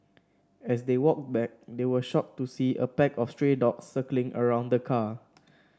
as they walked back they were shocked to see a pack of stray dogs circling around the car